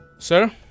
Sir